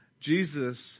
Jesus